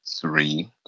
three